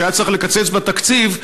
כשהיה צריך לקצץ בתקציב,